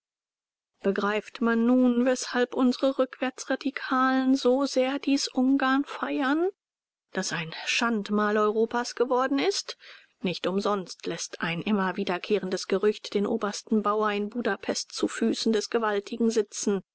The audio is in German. begreift man nun weshalb unsere rückwärtsradikalen so sehr dies ungarn feiern das ein schandmal europas geworden ist nicht umsonst läßt ein immer wiederkehrendes gerücht den obersten bauer in budapest zu füßen des gewaltigen sitzen